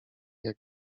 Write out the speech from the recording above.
jak